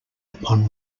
upon